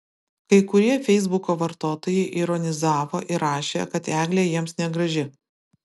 kai kurie feisbuko vartotojai ironizavo ir rašė kad eglė jiems negraži